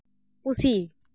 ᱯᱩᱥᱤ